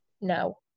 No